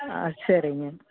ஆ சரிங்க